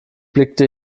blickte